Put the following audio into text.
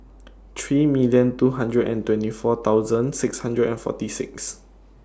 three million two hundred and twenty four thousand six hundred and forty six